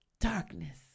darkness